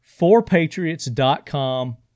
forpatriots.com